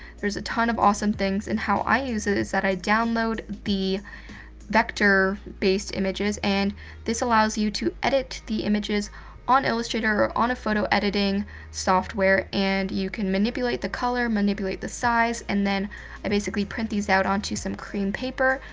there's a ton of awesome things. and how i use it is that, i download the vector based images. and this allows you to edit the images on illustrator or on a photo editing software. and you can manipulate the color, manipulate the size and then i basically print these out onto some cream paper,